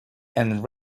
and